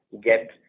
get